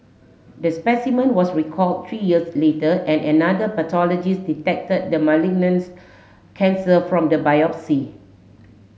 the specimen was recalled three years later and another pathologist detected the malignant's cancer from the biopsy